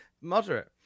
moderate